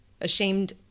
Ashamed